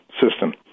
system